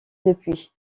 depuis